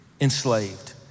enslaved